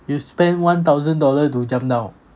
you spend one thousand dollar to jump down